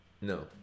No